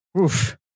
Oof